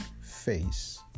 face